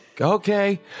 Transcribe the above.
okay